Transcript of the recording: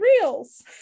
reels